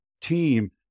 team